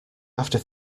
after